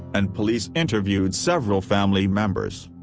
and police interviewed several family members.